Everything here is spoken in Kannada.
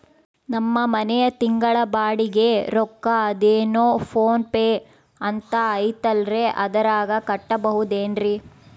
ನಮ್ಮ ಮನೆಯ ತಿಂಗಳ ಬಾಡಿಗೆ ರೊಕ್ಕ ಅದೇನೋ ಪೋನ್ ಪೇ ಅಂತಾ ಐತಲ್ರೇ ಅದರಾಗ ಕಟ್ಟಬಹುದೇನ್ರಿ?